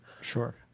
sure